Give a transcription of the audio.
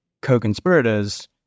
co-conspirators